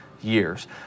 years